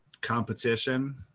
competition